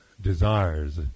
desires